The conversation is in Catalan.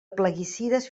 plaguicides